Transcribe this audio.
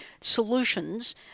solutions